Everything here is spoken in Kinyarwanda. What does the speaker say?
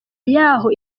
yaho